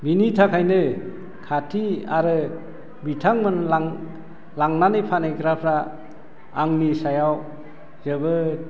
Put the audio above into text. बिनि थाखायनो खाथि आरो बिथांमोन लां लांनानै फानहैग्राफ्रा आंनि सायाव जोबोद